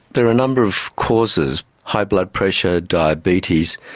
there are a number of causes high blood pressure, diabetes,